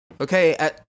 Okay